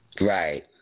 Right